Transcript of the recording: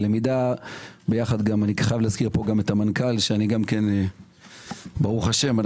ואני חייב להזכיר את המנכ"ל ברוך השם,